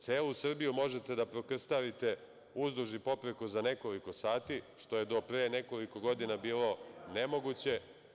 Celu Srbiju možete da prokrstarite uzduž i popreko za nekoliko sati, što je do pre nekoliko godina bilo nemoguće.